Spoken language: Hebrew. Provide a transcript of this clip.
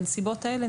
בנסיבות האלה,